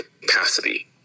capacity